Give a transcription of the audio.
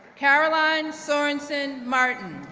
caroline sorensen martin,